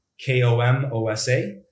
K-O-M-O-S-A